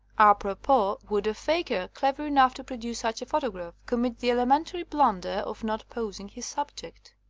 apropos, would a faker, clever enough to produce such a photograph, commit the elementary blunder of not pos ing his subject?